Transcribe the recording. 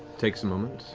takes a moment